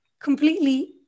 completely